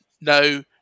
no